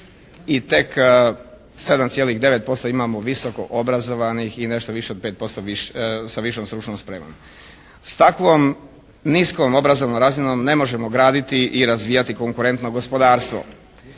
I tek 7,9% imamo visoko obrazovanih i nešto više od 5% sa višom stručnom spremom. S takvom niskom obrazovnom razinom ne možemo graditi i razvijati konkurentno gospodarstvo.